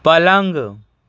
پلنگ